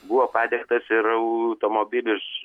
buvo padegtas ir automobilis